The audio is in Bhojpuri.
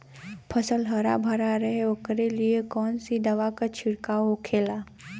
फसल हरा भरा रहे वोकरे लिए कौन सी दवा का छिड़काव होखेला?